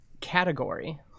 category